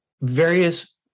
various